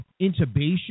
intubation